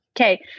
Okay